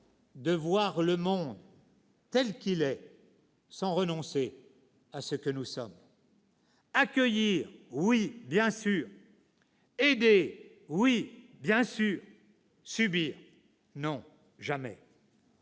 de voir le monde tel qu'il est, sans renoncer à ce que nous sommes. « Accueillir, oui, bien sûr. Aider, oui, évidemment. Subir, non, jamais